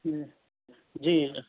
ہوں جی